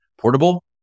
Portable